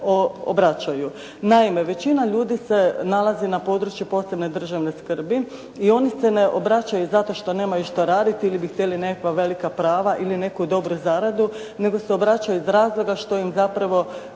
Naime, većina ljudi se nalazi na području posebne državne skrbi i oni se ne obraćaju zato što nemaju što raditi ili bi htjeli neka velika prava ili neku dobru zaradu, nego se obraćaju iz razloga što im zapravo